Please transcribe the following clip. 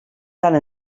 tant